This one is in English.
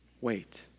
Wait